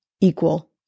equal